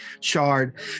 charred